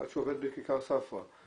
אחד שעובד בכיכר ספרא,